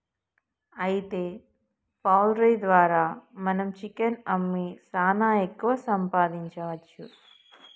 అయితే పౌల్ట్రీ ద్వారా మనం చికెన్ అమ్మి సాన ఎక్కువ సంపాదించవచ్చు